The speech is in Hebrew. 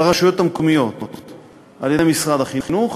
לרשויות המקומיות על-ידי משרד החינוך.